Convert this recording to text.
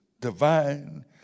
divine